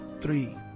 three